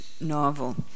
novel